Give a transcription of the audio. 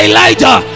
Elijah